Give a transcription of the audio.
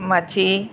मछी